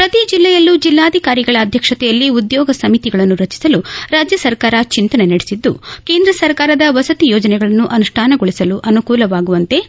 ಪ್ರತಿ ಜಲ್ಲೆಯಲ್ಲೂ ಜಲ್ಲಾಧಿಕಾರಿಗಳ ಆಧ್ಯಕ್ಷತೆಯಲ್ಲಿ ಉದ್ಯೋಗ ಸಮಿತಿಗಳನ್ನು ರಚಿಸಲು ರಾಜ್ಯ ಸರ್ಕಾರ ಚಿಂತನೆ ನಡೆಸಿದ್ದು ಕೇಂದ್ರ ಸರ್ಕಾರದ ವಸತಿ ಯೋಜನೆಗಳನ್ನು ಅನುಷ್ಪಾನಗೊಳಿಸಲು ಅನುಕೂಲವಾಗುವಂತೆ